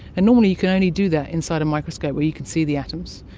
and normally you can only do that inside a microscope where you can see the atoms,